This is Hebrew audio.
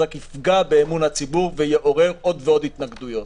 רק יפגע באמון הציבור ויעורר עוד ועוד התנגדויות.